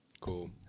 Cool